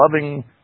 loving